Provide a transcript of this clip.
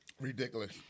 ridiculous